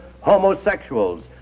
homosexuals